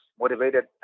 motivated